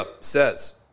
says